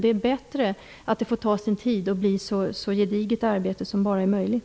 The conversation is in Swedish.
Det är bättre att det får ta sin tid och bli ett så gediget arbete som bara är möjligt.